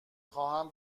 خواهم